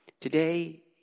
Today